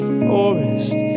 forest